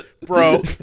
Bro